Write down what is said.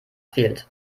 fehlt